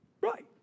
Right